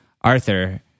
Arthur